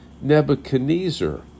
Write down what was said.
Nebuchadnezzar